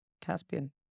Caspian